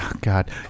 God